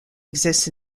exists